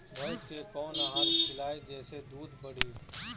भइस के कवन आहार खिलाई जेसे दूध बढ़ी?